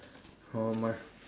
how much